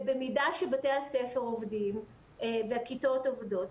במידה שבתי הספר עובדים והכיתות עובדות,